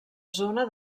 zona